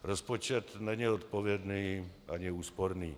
Rozpočet není odpovědný ani úsporný.